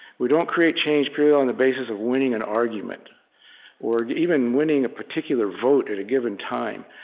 we don't create change purely on the basis of winning an argument or, even, winning a particular vote at a given time.